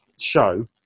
show